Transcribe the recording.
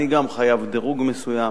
אני גם חייב דירוג מסוים,